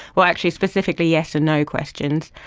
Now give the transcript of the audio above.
well, actually specifically yes and no questions,